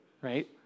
right